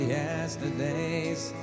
yesterdays